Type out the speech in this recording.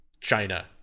China